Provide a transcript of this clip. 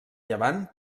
llevant